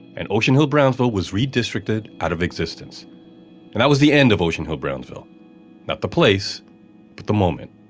and ocean hill-brownsville was redistricted out of existence. and that was the end of ocean hill-brownsville not the place, but the moment